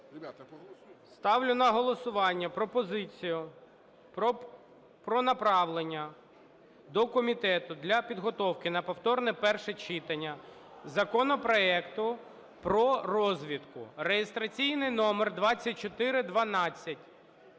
Ставлю на голосування пропозицію про направлення до комітету для підготовки на повторне перше читання законопроекту про розвідку (реєстраційний номер 2412).